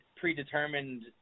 predetermined